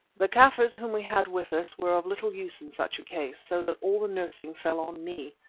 the kaffirs whom we had with us were of little use in such a case, so that all the nursing fell on me.